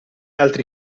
altri